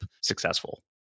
successful